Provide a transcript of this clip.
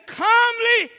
calmly